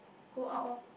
go out orh